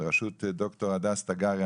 בראשות ד"ר הדס תגרי,